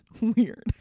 weird